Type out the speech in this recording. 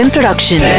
Production